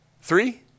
Three